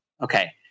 okay